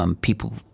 people